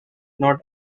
not